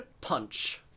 Punch